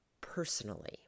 personally